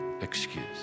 excuse